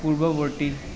পূৰ্ৱৱৰ্তী